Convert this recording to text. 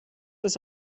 das